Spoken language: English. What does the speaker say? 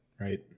right